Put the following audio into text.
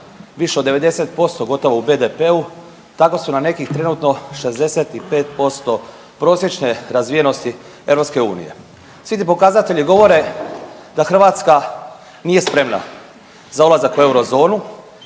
više od 90% gotovo u BDP-u, tako su na nekih trenutno 65% prosječne razvijenosti EU. Svi ti pokazatelji govore da Hrvatska nije spremna za ulazak u Eurozonu